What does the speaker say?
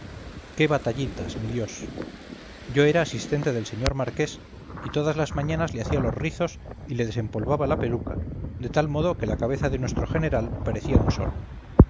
qué batallitas mi dios yo era asistente del señor marqués y todas las mañanas le hacía los rizos y le empolvaba la peluca de tal modo que la cabeza de nuestro general parecía un sol